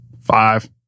Five